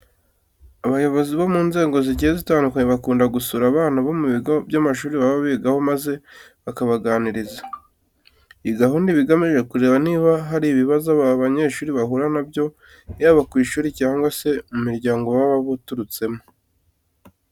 Abayobozi bo mu nzego zigiye zitandukanye bakunda gusura abana ku bigo by'amashuri baba bigaho maze bakabaganiriza. Iyi gahunda iba igamije kureba niba hari ibibazo aba banyeshuri bahura na byo yaba ku ishuri cyangwa se mu miryango baba baturutsemo.